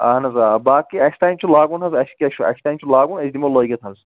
اَہَن حظ آ باقٕے اَسہِ تام چھُ لگاوُن حظ اَسہِ کیٛاہ چھُ اَسہِ تام چھُ لگاوُن أسۍ دِمو لٲگِتھ حظ